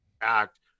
act